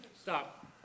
Stop